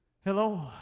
Hello